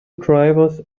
drivers